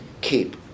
keep